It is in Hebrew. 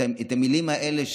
את המילים האלה,